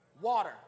Water